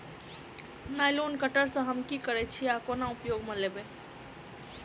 Nylon cutter सँ हम की करै छीयै आ केना उपयोग म लाबबै?